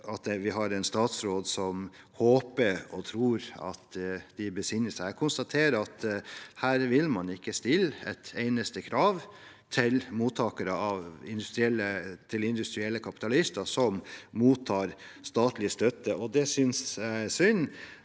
vi har en statsråd som håper og tror at de besinner seg. Jeg konstaterer at her vil man ikke stille et eneste krav til industrielle kapitalister som mottar statlig støtte, og det synes jeg er synd.